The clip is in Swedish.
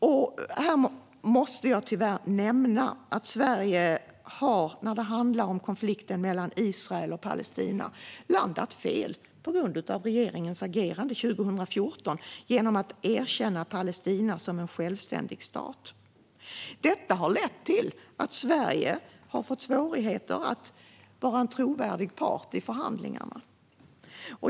Jag måste tyvärr nämna att Sverige, när det handlar om konflikten mellan Israel och Palestina, har landat fel på grund av regeringens agerande 2014 då man erkände Palestina som en självständig stat. Detta har lett till att Sverige har fått svårigheter att vara en trovärdig part i förhandlingarna.